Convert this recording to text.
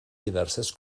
diverses